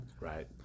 Right